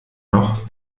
noch